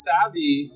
Savvy